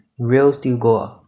rio still go